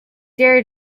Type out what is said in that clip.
dare